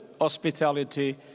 hospitality